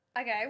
Okay